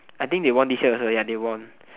I think they won this year ya they won